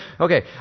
Okay